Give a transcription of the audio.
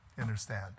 understand